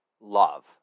love